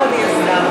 אדוני השר.